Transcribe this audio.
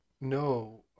no